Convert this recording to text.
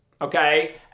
okay